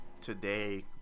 today